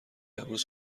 امروز